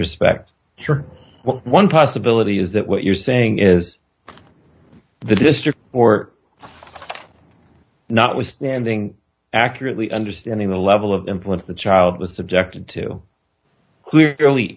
respect one possibility is that what you're saying is the district or not withstanding accurately understanding the level of employment the child was subjected to clearly